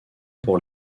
pour